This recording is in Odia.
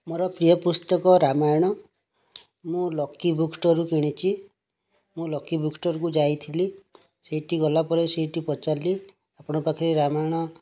ମୋର ପ୍ରିୟ ପୁସ୍ତକ ରାମାୟଣ ମୁଁ ଲକି ବୁକ୍ ଷ୍ଟୋରରୁ କିଣିଛି ମୁଁ ଲକି ବୁକ୍ ଷ୍ଟୋରକୁ ଯାଇଥିଲି ସେଇଠି ଗଲାପରେ ସେଇଠି ପଚାରିଲି ଆପଣଙ୍କ ପାଖରେ ରାମାୟଣ